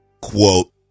quote